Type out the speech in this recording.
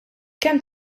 kemm